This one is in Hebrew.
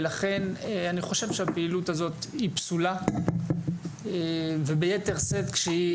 ולכן אני חושב שהפעילות הזאת היא פסולה וביתר שאת כשהיא